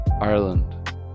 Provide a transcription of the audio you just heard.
Ireland